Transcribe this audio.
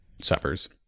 suffers